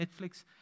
Netflix